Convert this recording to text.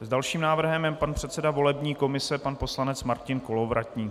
S dalším návrhem předseda volební komise pan poslanec Martin Kolovratník.